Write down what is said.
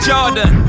Jordan